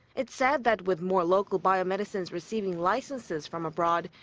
it said that with more local biomedicines receiving licenses from abroad,